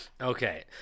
Okay